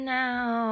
now